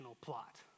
plot